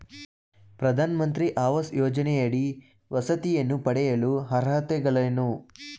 ಪ್ರಧಾನಮಂತ್ರಿ ಆವಾಸ್ ಯೋಜನೆಯಡಿ ವಸತಿಯನ್ನು ಪಡೆಯಲು ಅರ್ಹತೆಗಳೇನು?